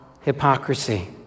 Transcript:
hypocrisy